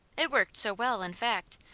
it worked so well, in fact,